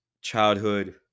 childhood